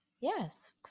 Yes